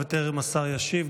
בטרם השר ישיב,